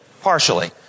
Partially